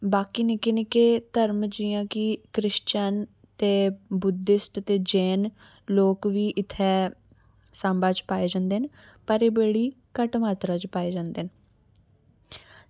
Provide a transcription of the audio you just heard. बाकी निक्के निक्के धरम जि'यां कि क्रिशिच्यन बुद्धिस्ट ते जैन लोग बी इत्थै सांबा च पाए जंदे न पर बड़ी घट्ट मात्रा च पाए जंदे न